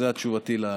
זו תשובתי על השאילתה.